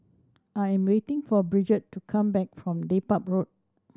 I am waiting for Brigette to come back from Dedap Road